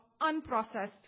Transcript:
unprocessed